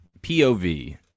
POV